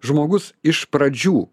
žmogus iš pradžių